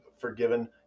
Forgiven